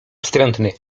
wstrętny